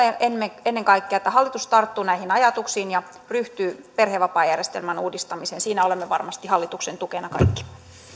toivomme ennen kaikkea että hallitus tarttuu näihin ajatuksiin ja ryhtyy perhevapaajärjestelmän uudistamiseen siinä olemme varmasti kaikki hallituksen tukena